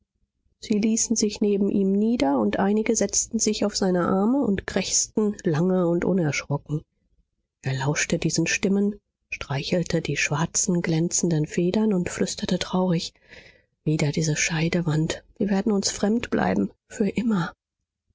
sie ließen sich neben ihm nieder und einige setzten sich auf seine arme und krächzten lange und unerschrocken er lauschte diesen stimmen streichelte die schwarzen glänzenden federn und flüsterte traurig wieder diese scheidewand wir werden uns fremd bleiben für immer